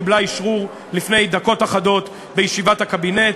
קיבלה אשרור לפני דקות אחדות בישיבת הקבינט,